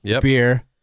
Beer